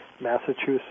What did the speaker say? Massachusetts